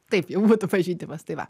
taip jau būtų pažeidimas tai va